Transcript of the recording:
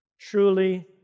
truly